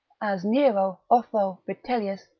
as nero, otho, vitellius,